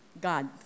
God